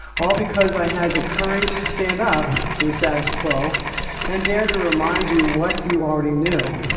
all because i had the courage to stand up to the status quo and dare to remind you what you already knew,